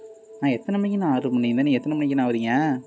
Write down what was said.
நான் எத்தனை மணிக்குண்ணா ஆர்டர் பண்ணிருந்தேன் நீங்கள் எத்தனை மணிக்குண்ணா வரிங்க